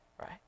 right